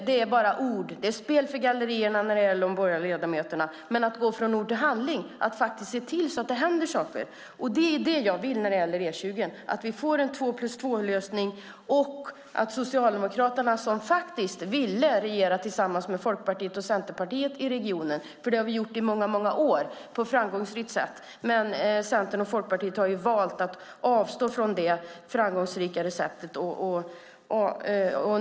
Det är bara ord. Det är ett spel för gallerierna från de borgerliga ledamöterna. Jag vill att man ska gå från ord till handling och faktiskt se till att det händer saker med E20 så att vi får en två-plus-två-lösning. Socialdemokraterna ville regera tillsammans med Folkpartiet och Centerpartiet i regionen - det har vi gjort i många år på ett framgångsrikt sätt. Centern och Folkpartiet har valt att avstå från det framgångsrika konceptet.